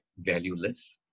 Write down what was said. valueless